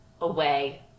away